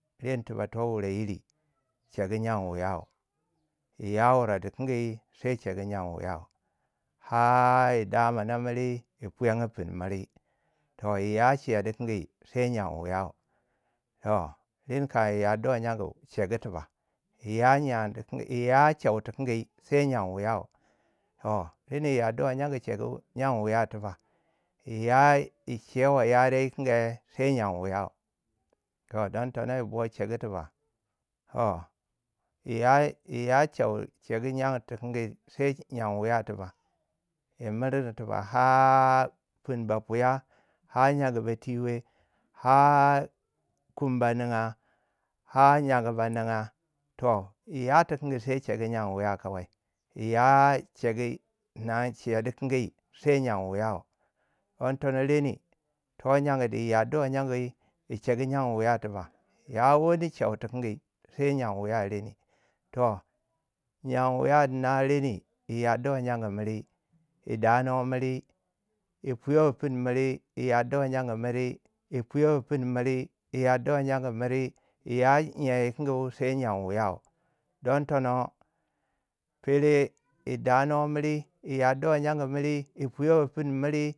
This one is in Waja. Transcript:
ren tiba to wureyiri chegu nyen wuyau. iya wure dikingi sai chegu nyen wiyau. haa a yi damana miri yi puyang pinu miri. toh yi ya che dikingi sai nyen wiyau. toh reni kan yi yarduwai nyagu chegu tiba iya nyen ti kingi. iya shewi tikanji sai nyan wiyau, to reni yi yar duwai nyangu sheku nyan wiya tuba, yi ya yi shewi yare wukange, sai nyan wiyau. toh don ton yi bo shegu tiba, toh iyai iya sheku nyan tikangi sai nyan wuya tibbak yi murgu tiba har pinu ba fuya har nyaga ba twiwe, har kum ba ninga, har nyamragu ba niga. toh iya tikangi sai chegu nyan wuyau kawai. iya sheku nan shai dikangi sai nyen wuyau don tono rene to yan wu dwi yarduwai nyangu yi shegu nyan wuya tiba, ya wani shewi tikangi sai nyen wuyau reni. toh nyen wuyau dina reni, yi yar duwai nyangu miri, yi danuwai miri, yi puyawai pinu miri, yi yarduwai nyangun miri. e piyongo pini miri, yi yi yarduwai nyangun miri. yi ya nyen ti kingi sai nyen wiyau. Don tono peri yi danu miri. yi yaduwai nyen miri. yi piyongo pini miri.